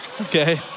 okay